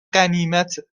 غنیمته